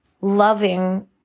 loving